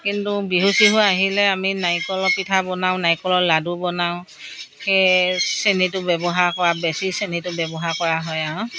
কিন্তু বিহু চিহু আহিলে আমি নাৰিকলৰ পিঠা বনাওঁ নাৰিকলৰ লাড়ু বনাওঁ সেই চেনিটো ব্যৱহাৰ কৰা বেছি চেনিটো ব্যৱহাৰ কৰা হয় আৰু